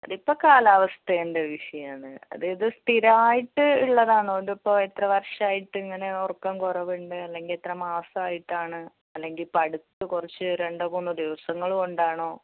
അതിപ്പം കാലാവസ്ഥേൻ്റെ വിഷയമാണ് അത് ഇത് സ്ഥിരമായിട്ട് ഉള്ളതാണോ ഇതിപ്പോൾ എത്ര വർഷമായിട്ട് ഇങ്ങനെ ഉറക്കം കുറവുണ്ട് അല്ലെങ്കിൽ എത്ര മാസമായിട്ടാണ് അല്ലെങ്കിൽ ഇപ്പോൾ അടുത്ത് കുറച്ച് രണ്ടോ മൂന്നോ ദിവസങ്ങൾ കൊണ്ടാണോ